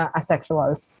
asexuals